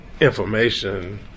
information